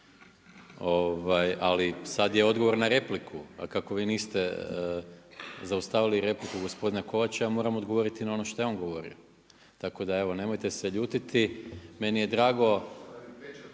Ali sad je odgovor na repliku, a kako vi niste zaustavili repliku gospodina Kovača ja moram odgovoriti na ono što je on govorio. Tako da evo nemojte se ljutiti, meni je drago